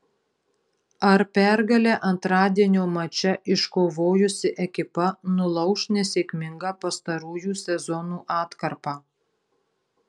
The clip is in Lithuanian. ar pergalę antradienio mače iškovojusi ekipa nulauš nesėkmingą pastarųjų sezonų atkarpą